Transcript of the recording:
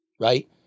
right